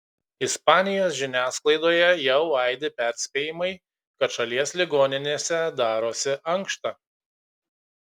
ispanijos žiniasklaidoje jau aidi perspėjimai kad šalies ligoninėse darosi ankšta